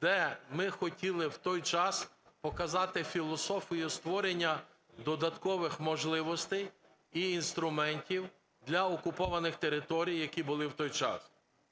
де ми хотіли в той час показати філософію створення додаткових можливостей і інструментів для окупованих територій, які були в той час.